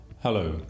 Hello